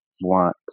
want